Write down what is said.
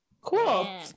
Cool